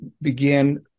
began